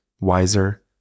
wiser